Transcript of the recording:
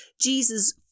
Jesus